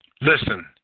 Listen